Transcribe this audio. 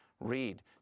read